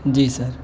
جی سر